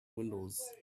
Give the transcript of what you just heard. windows